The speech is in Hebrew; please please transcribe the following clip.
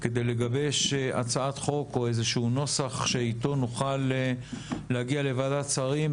כדי לגבש הצעת חוק או איזשהו נוסח שאיתו נוכל להגיע לוועדת שרים,